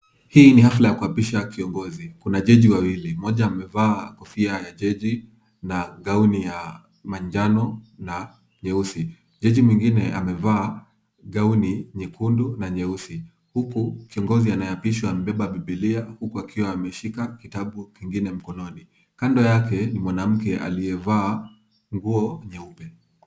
Hii ni hafla ya kuapisha kiongozi, kuna jaji wawili, mmoja amevaa kofia ya jaji na gauni ya manjano na nyeusi. Jaji mwingine amevaa gauni nyekundu na nyeusi, huku kiongozi anayeapishwa amebeba Bibilia huku akiwa ameshika kitabu kingine mkononi. Kando yake ni mwanamke aliyevaa nguo nyeupe.